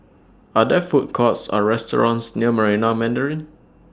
Are There Food Courts Or restaurants near Marina Mandarin